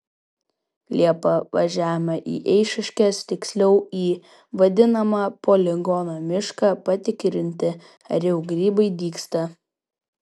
liepą važiavome į eišiškes tiksliau į vadinamą poligono mišką patikrinti ar jau grybai dygsta